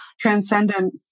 transcendent